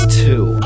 two